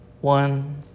one